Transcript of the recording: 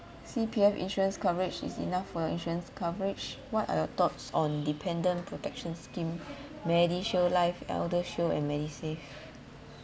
C_P_F insurance coverage is enough for your insurance coverage what are your thoughts on dependent protection scheme medishield life eldershield and medisave